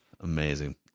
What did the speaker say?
Amazing